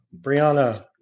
Brianna